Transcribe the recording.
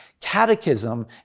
Catechism